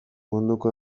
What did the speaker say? munduko